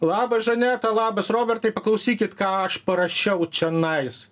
labas žaneta labas robertai paklausykit ką aš parašiau čionais